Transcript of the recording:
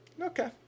Okay